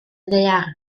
ddaear